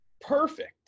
perfect